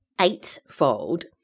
eightfold